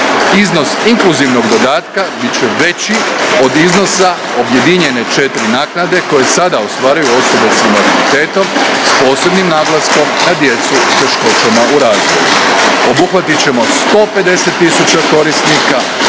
Iznos inkluzivnog dodatka bit će veći od iznosa objedinjene četri naknade koje sada ostvaruju osobe s invaliditetom, s posebnim naglaskom na djecu s teškoćama u razvoju. Obuhvatit ćemo 150 tisuća korisnika,